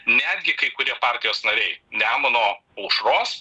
netgi kai kurie partijos nariai nemuno aušros